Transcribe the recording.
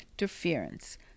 interference